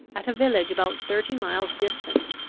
at a village about thirty miles distant,